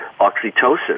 oxytocin